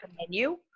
menu